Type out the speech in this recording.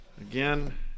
Again